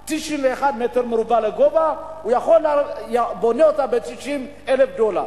של 91 מטר מרובע, הוא בונה אותה ב-90,000 דולר.